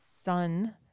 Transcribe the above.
sun